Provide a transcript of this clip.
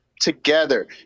together